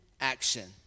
action